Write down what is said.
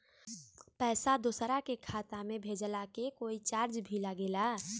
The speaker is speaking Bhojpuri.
पैसा दोसरा के खाता मे भेजला के कोई चार्ज भी लागेला?